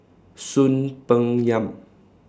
Soon Peng Yam